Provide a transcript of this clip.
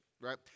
right